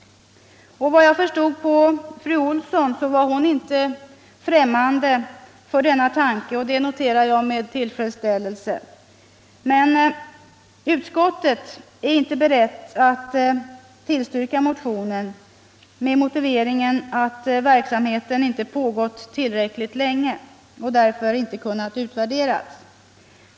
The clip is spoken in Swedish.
Vad jag förstått var fru Olsson i Hölö inte främmande för denna tanke. Det noterar jag med tillfredsställelse. Men utskottet är inte berett att tillstyrka motionen — med motiveringen att verksamheten inte pågått tillräckligt länge och därför inte kunnat utvärderas.